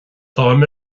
táim